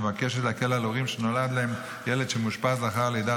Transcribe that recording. שמבקשת להקל על הורים שנולד להם ילד שמאושפז לאחר הלידה,